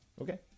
Okay